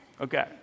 Okay